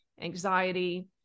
anxiety